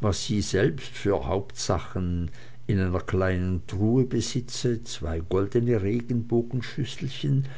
was sie selbst für hauptsachen in einer kleinen truhe besitze zwei goldene